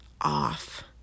off